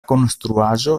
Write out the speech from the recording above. konstruaĵo